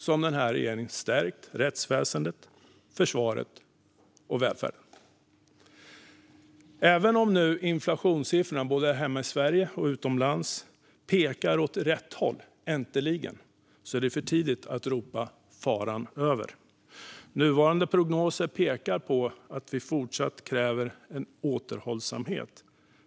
Samtidigt har regeringen stärkt rättsväsendet, försvaret och välfärden. Även om inflationssiffrorna både här hemma i Sverige och utomlands nu äntligen pekar åt rätt håll är det för tidigt att ropa faran över. Nuvarande prognoser pekar på att vi fortsatt kräver en återhållsamhet.